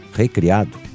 recriado